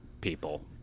people